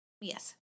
yes